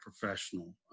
professional